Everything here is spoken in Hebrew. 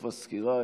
בסוף הסקירה,